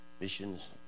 missions